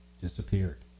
disappeared